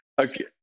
Okay